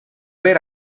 ver